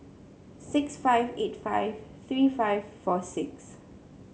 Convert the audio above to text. six five eight five three five four six